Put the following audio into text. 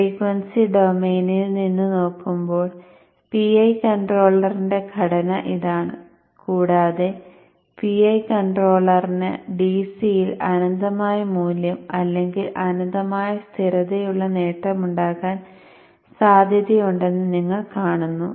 frequency ഡൊമെയ്നിൽ നിന്ന് നോക്കുമ്പോൾ PI കൺട്രോളറിന്റെ ഘടന ഇതാണ് കൂടാതെ PI കൺട്രോളറിന് DC യിൽ അനന്തമായ മൂല്യം അല്ലെങ്കിൽ അനന്തമായ സ്ഥിരതയുള്ള നേട്ടമുണ്ടാകാൻ സാധ്യതയുണ്ടെന്ന് നിങ്ങൾ കാണുന്നു